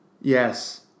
Yes